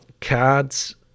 Cards